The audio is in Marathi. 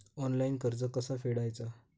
ऑनलाइन कर्ज कसा फेडायचा?